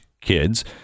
kids